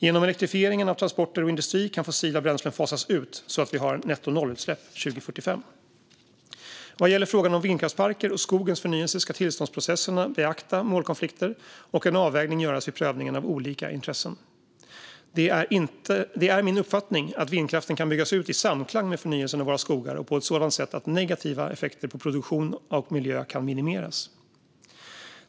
Genom elektrifieringen av transporter och industri kan fossila bränslen fasas ut så att vi har nettonollutsläpp 2045. Vad gäller frågan om vindkraftsparker och skogens förnyelse ska tillståndsprocesserna beakta målkonflikter, och en avvägning ska göras vid prövningen av olika intressen. Det är min uppfattning att vindkraften kan byggas ut i samklang med förnyelsen av våra skogar och på ett sådant sätt att negativa effekter på produktion och miljö kan minimeras.